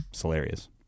hilarious